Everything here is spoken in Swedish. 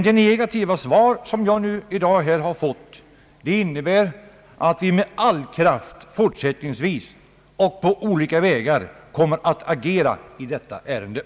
Det negativa svar jag nu erhållit innebär att vi, som har intressen att bevaka i denna fråga, med all kraft fortsättningsvis och på olika vägar kommer att agera i ärendet.